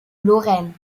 lorraine